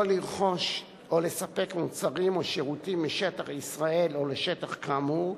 לרכוש או לספק מוצרים או שירותים משטח ישראל או לשטח כאמור,